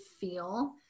feel